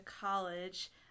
college